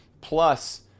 plus